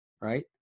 right